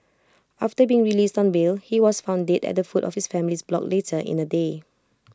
after being released on bail he was found dead at the foot of his family's block later in the day